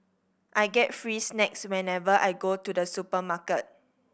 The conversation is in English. I get free snacks whenever I go to the supermarket